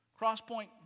Crosspoint